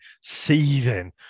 seething